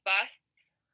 busts